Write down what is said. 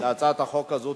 להצעת החוק הזאת